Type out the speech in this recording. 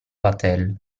vatel